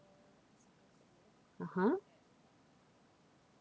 ah ha